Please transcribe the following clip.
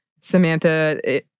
Samantha